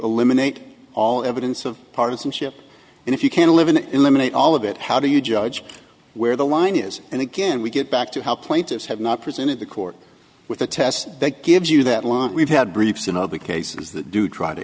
eliminate all evidence of partisanship and if you can live in eliminate all of it how do you judge where the line is and again we get back to help plaintiffs have not presented the court with the test that gives you that law we've had briefs in all of the cases that do try to